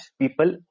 People